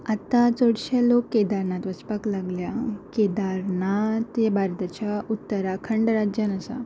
आतां चडशे लोक केदारनाथ वचपाक लागल्या केदारनाथ हें भारताच्या उत्तराखंड राज्यान आसा